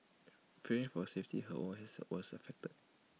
fearing for safety her work has was affect